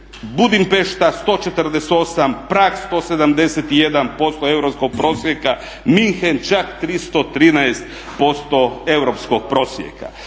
Budimpešta 148, Prag 171% europskog prosjeka, München čak 313% europskog prosjeka.